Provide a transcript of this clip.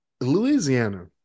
Louisiana